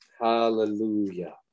hallelujah